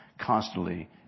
constantly